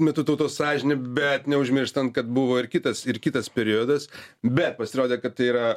metu tautos sąžinė bet neužmirštant kad buvo ir kitas ir kitas periodas bet pasirodė kad tai yra